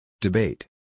Debate